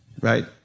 Right